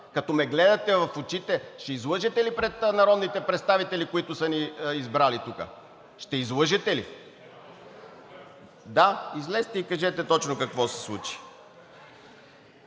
Като ме гледате в очите, ще излъжете ли пред народните представители, които са ни избрали тук? Ще излъжете ли? (Реплика.) Да, излезте и кажете точно какво се случи.